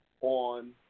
on